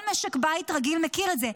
כל משק בית רגיל מכיר את זה,